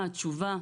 מה התשובה,